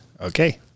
Okay